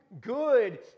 good